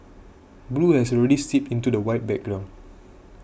blue has already seeped into the white background